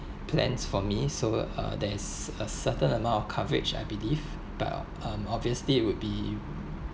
plans for me so uh there is a certain amount of coverage I believe but um obviously would be